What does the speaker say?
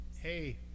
hey